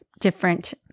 different